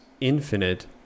infinite